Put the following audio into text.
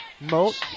Moat